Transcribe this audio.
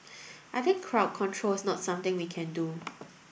I think crowd control is not something we can do